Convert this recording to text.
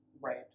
Right